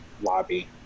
lobby